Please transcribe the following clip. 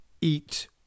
eat